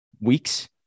weeks